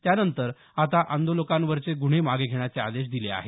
त्यानंतर आता आंदोलकांवरचे गुन्हे मागे घेण्याचे आदेश दिले आहेत